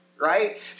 right